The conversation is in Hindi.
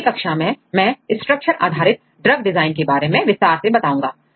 अगली कक्षा में मैं स्ट्रक्चर आधारित ड्रग डिजाइन के बारे में विस्तार से बताऊंगा